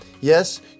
Yes